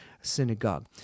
synagogue